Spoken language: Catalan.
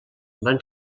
van